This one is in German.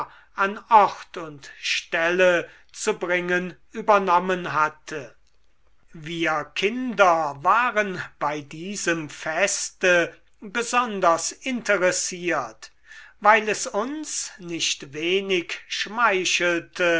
an ort und stelle zu bringen übernommen hatte wir kinder waren bei diesem feste besonders interessiert weil es uns nicht wenig schmeichelte